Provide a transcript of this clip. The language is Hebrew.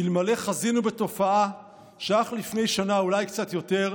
אלמלא חזינו בתופעה שאך לפני שנה, אולי קצת יותר,